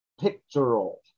pictorial